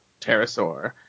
Pterosaur